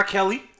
Kelly